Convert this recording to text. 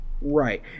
Right